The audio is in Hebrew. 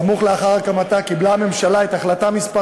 סמוך לאחר הקמתה, קיבלה הממשלה את החלטה מס'